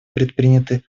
предприняты